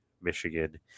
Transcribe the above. Michigan